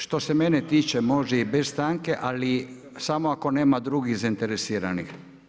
Što se mene tiče može i bez stanke, ali samo ako nema drugih zainteresiranih?